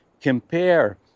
compare